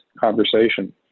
conversation